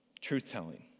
Truth-telling